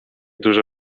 dużo